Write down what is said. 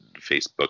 Facebook